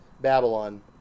Babylon